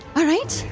all right,